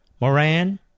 Moran